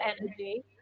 energy